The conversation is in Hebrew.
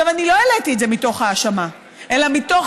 אני לא העליתי את זה מתוך האשמה אלא מתוך